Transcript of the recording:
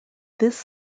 this